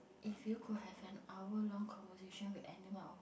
if you could have an hour long conversation with anyone